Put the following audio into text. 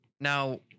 Now